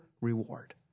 reward